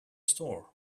store